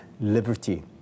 liberty